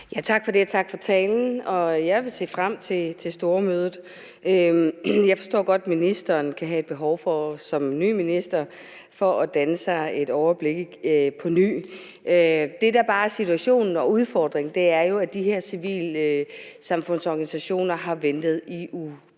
Tak for det, og tak for talen. Jeg vil se frem til stormødet. Jeg forstår godt, at ministeren som ny minister kan have et behov for at danne sig et overblik på ny. Det, der bare er situationen og udfordringen, er jo, at de her civilsamfundsorganisationer har ventet i utrolig